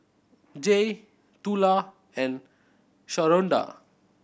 Jaye Tula and Sharonda